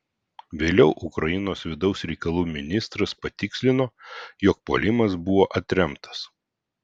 vėliau ukrainos vidaus reikalų ministras patikslino jog puolimas buvo atremtas